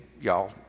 y'all